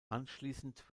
anschließend